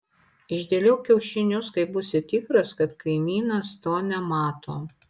išdėliok kiaušinius kai būsi tikras kad kaimynas to nemato